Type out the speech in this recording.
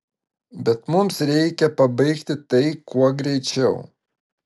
bet mums reikia pabaigti tai kuo greičiau